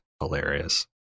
Hilarious